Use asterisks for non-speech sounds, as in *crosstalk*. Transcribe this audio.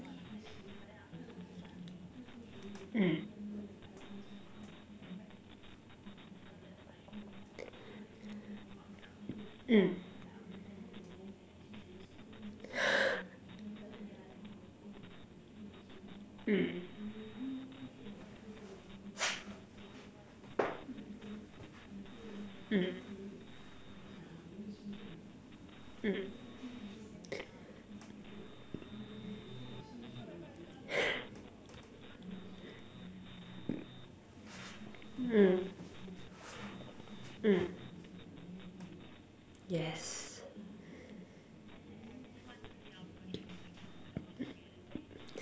mm mm *laughs* mm mm mm *laughs* mm mm yes